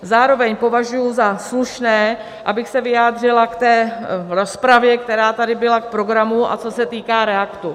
Zároveň považuji za slušné, abych se vyjádřila k té rozpravě, která tady byla programu, a co se týká REACTu.